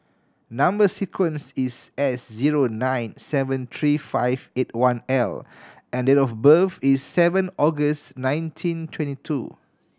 number sequence is S zero nine seven three five eight one L and date of birth is seven August nineteen twenty two